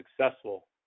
successful